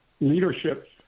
leadership